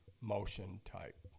motion-type